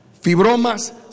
Fibromas